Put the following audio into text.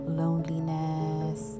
loneliness